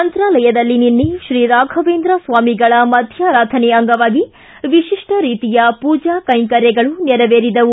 ಮಂತ್ರಾಲಯದಲ್ಲಿ ನಿನ್ನೆ ಶ್ರೀ ರಾಫವೇಂದ್ರ ಸ್ವಾಮಿಗಳ ಮಧ್ಯಾರಾಧನೆ ಅಂಗವಾಗಿ ವಿಶಿಷ್ಟ ರೀತಿಯ ಪೂಜಾ ಕೈಂಕರ್ಯಗಳು ನೆರವೇರಿದವು